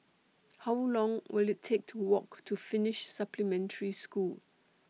How Long Will IT Take to Walk to Finnish Supplementary School